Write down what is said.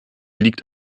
liegt